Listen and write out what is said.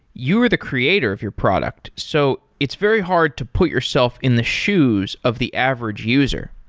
you are the creator of your product, so it's very hard to put yourself in the shoes of the average user.